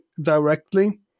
directly